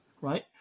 right